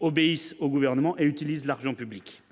obéissent au gouvernement et utilise l'argent public